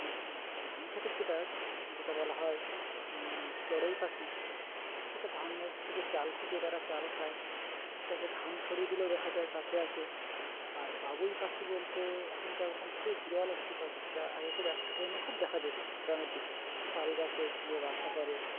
মানে ধান খোতের যেটা যেটা বলা হয় চড়ুই পাখি সেটা ধানের থেকে চাল খুটিয়ে তারা চাল খায় সেটাকে ধান ছড়িয়ে দিলেও দেখা যায় কাছে আছে আর বাবুই পাখি বলতে এখন তো একরকম খুবই বিরল একটি পাখি যা আগে খুব একটা টাইমে খুব দেখা যেত গ্রামের দিকে তাল গাছে ঝুলে বাসা করে